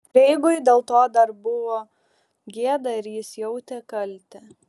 kreigui dėl to dar buvo gėda ir jis jautė kaltę